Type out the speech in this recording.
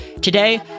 Today